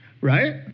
right